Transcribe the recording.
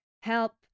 help